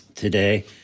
Today